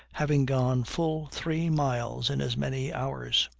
having gone full three miles in as many hours,